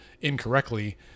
incorrectly